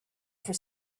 for